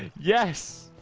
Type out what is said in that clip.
yes,